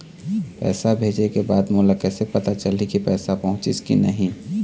पैसा भेजे के बाद मोला कैसे पता चलही की पैसा पहुंचिस कि नहीं?